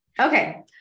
Okay